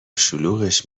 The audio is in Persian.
شلوغش